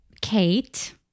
Kate